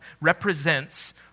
represents